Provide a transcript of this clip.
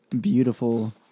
beautiful